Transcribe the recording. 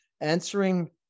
answering